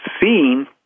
seen